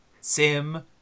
Sim